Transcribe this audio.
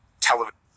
television